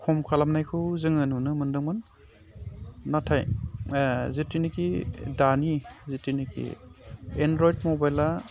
खम खालामनायखौ जोङो नुनो मोनदोंमोन नाथाय जिथुनिखि दानि जिथुनिखि एन्ड्र'यड मबाइला